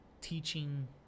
teaching